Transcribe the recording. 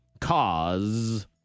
Cause